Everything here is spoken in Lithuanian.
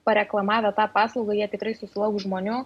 pareklamavę tą paslaugą jie tikrai susilauks žmonių